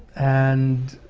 and